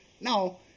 Now